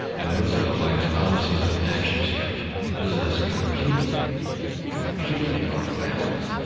and roosevelt, by his policies and actions, kept business completely completely off-balance,